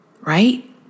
right